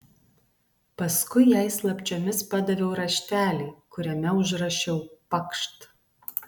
paskui jai slapčiomis padaviau raštelį kuriame užrašiau pakšt